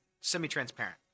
semi-transparent